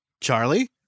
charlie